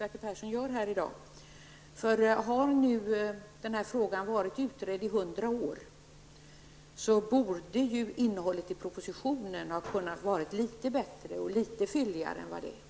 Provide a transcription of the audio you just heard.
Eftersom denna fråga har utretts i hundra år borde innehållet i propositionen ha varit litet bättre och litet fylligare än det är.